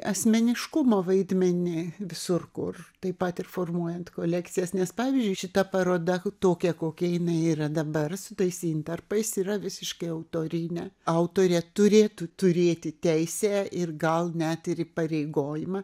asmeniškumo vaidmenį visur kur taip pat ir formuojant kolekcijas nes pavyzdžiui šita paroda tokia kokia jinai yra dabar su tais intarpais yra visiškai autorinė autorė turėtų turėti teisę ir gal net ir įpareigojimą